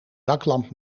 zaklamp